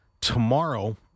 tomorrow